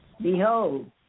behold